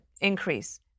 increase